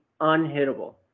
unhittable